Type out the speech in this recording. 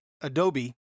Adobe